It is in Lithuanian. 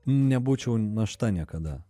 nebūčiau našta niekada